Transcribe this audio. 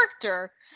character